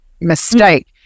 mistake